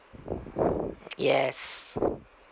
yes